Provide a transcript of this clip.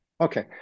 Okay